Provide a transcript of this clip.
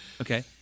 Okay